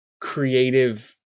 creative